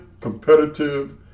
competitive